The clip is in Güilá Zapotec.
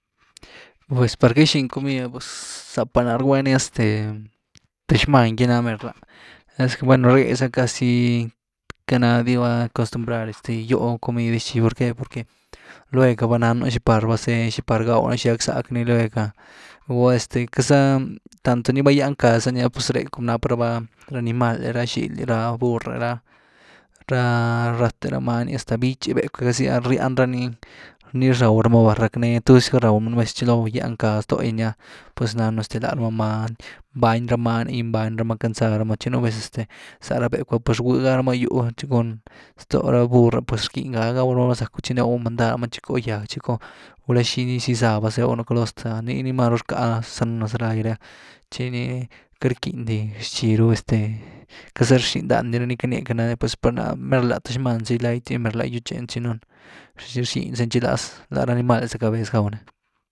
Pues par queity gýxíny comid’ah, pues záapa náh rgwány, este th xmán ‘gy ná mer’lá esque bueno, réhe zy casi, queity nády raba acostumbrad, este yúhu comid re xhí,¿por qué? Porque lueg ga vananu xi par vázeny, xi par gáw’ny tchi gáckzack’ny lueg’ah. Guñá este queity za tanto ni val gýaanckaa zani ah, pues ree cwm náap raba ra animal’e, rah xinly, rá burr’e ra-ra ráthe ra many, hasta bíchi, becw’e zy ah, rín rany ni raw ramá va, racknee, tuzy gá rdawnu nú vez. tchi val gýenckaa ztógy ni’ah, pues nannu este lárama many, mbány rá many’ mbány rama ckandzá rama tchi nú vez este za becw’ah pues rgwý gá rama gýw va, tchi cun ztoo ra burr’e pues rckyn gá gaw rama, val zackw tchinew má mandad tchickoo gýag tchicoo, gulá xinii zy zama bazew caloo ztë’ah nii ni maru rká zanu nez lay ree, tchi nii queity rckindy xiiru este, queit’za rxin dándy rani canie pues par náh merlá th xman zy layty’gy gýwtxeny xynoo rxynziny tchiláz, lá ra aminal’e za cabeez gaw’ny.